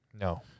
No